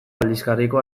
aldizkariko